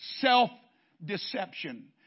self-deception